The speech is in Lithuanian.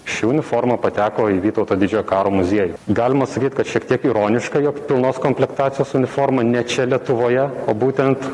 ši uniforma pateko į vytauto didžiojo karo muziejų galima sakyt kad šiek tiek ironiška jog pilnos komplektacijos uniforma ne čia lietuvoje o būtent